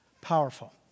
Powerful